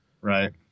Right